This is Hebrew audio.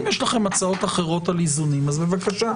אם יש לכם הצעות אחרות על איזונים, אז בבקשה.